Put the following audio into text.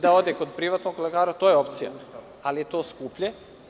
Da ode kod privatnog lekara, to je opcija, ali je to skuplje.